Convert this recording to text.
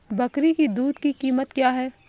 बकरी की दूध की कीमत क्या है?